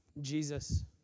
Jesus